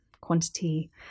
quantity